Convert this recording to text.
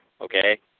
okay